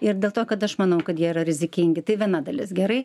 ir dėl to kad aš manau kad jie yra rizikingi tai viena dalis gerai